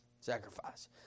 sacrifice